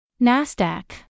NASDAQ